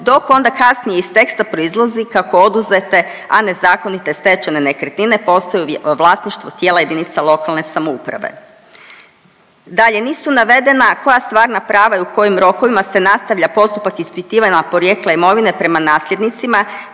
dok onda kasnije iz teksta proizlazi kako oduzete, a nezakonite stečene nekretnine postaju vlasništvo tijela jedinica lokalne samouprave. Dalje, nisu navedena koja stvarna prava i u kojim rokovima se nastavlja postupak ispitivanja porijekla imovine prema nasljednicima